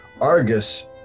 Argus